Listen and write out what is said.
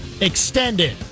extended